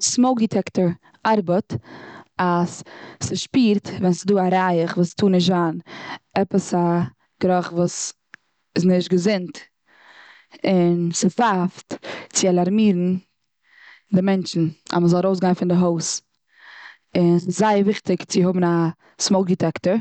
סמאוק דיטעקטער ארבעט אז ס'שפירט ווען ס'איז דא א ריח וואס טאר נישט זיין, עפעס א גערוך וואס איז נישט געזונט. און ס'פייפט צו אלאראמירן די מענטשן אז מ'זאל ארויסגיין פון די הויז. און ס'זייער וויכטיג צו האבן א סמאוק דיטעקטער.